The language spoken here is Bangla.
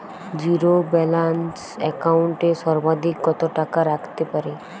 জীরো ব্যালান্স একাউন্ট এ সর্বাধিক কত টাকা রাখতে পারি?